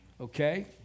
okay